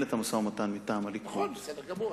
את המשא-ומתן מטעם הליכוד בסדר גמור.